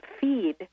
feed